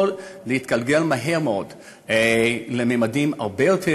יכול להתגלגל מהר מאוד לממדים הרבה יותר